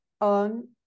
on